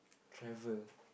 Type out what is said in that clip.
travel